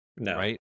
right